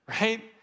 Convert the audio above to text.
right